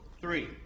three